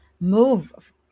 move